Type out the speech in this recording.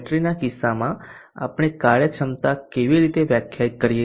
બેટરીના કિસ્સામાં આપણે કાર્યક્ષમતા કેવી રીતે વ્યાખ્યાયિત કરીએ